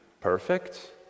perfect